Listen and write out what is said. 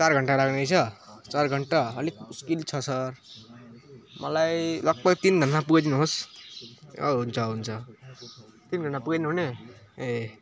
चार घन्टा लाग्ने रहेछ चार घन्टा अलिक मुस्किल छ सर मलाई लगभग तिन घन्टामा पुगाइदिनुहोस् हुन्छ हुन्छ तिन घन्टामा पुगाइदिनुहुने ए